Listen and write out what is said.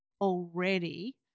already